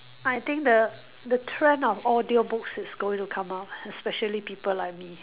I think the the trend of audio books is going to come out especially people like me